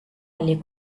oli